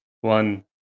one